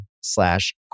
slash